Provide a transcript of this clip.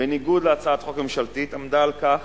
בניגוד להצעת החוק הממשלתית, עמדה על כך